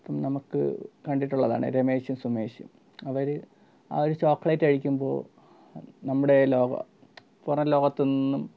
അപ്പം നമുക്ക് കണ്ടിട്ടുള്ളതാണ് രമേഷും സുമേഷും അവർ ആ ഒരു ചോക്ലേറ്റ് കഴിക്കുമ്പോൾ നമ്മുടെ ലോക പുറം ലോകത്തൊന്നും